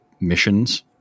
missions